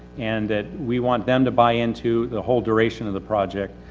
and that we want them to buy into the whole duration of the project.